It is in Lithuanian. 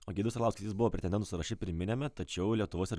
o giedrius arlauskis jis buvo pretendentų sąraše pirminiame tačiau lietuvos ir